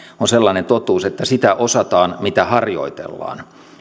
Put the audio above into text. on sellainen totuus että sitä osataan mitä harjoitellaan